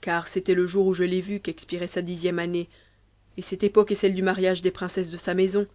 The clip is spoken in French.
car c'était le jour où je l'ai vue qu'expirait sa dixième année et cette époque est celle du mariage des princesses de sa maison